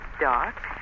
dark